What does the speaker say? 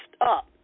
up